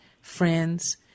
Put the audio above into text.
friends